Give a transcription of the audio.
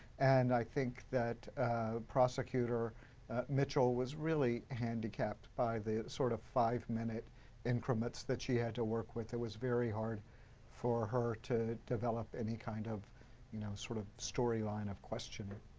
and i think that prosecutor mitchell was really handicapped by the sort of five minute increments that she had to work with. it was very hard for her to develop any kind of you know sort of story line of questioning.